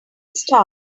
star